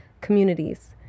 communities